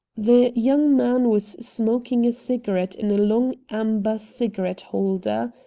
the young man was smoking a cigarette in a long amber cigarette-holder.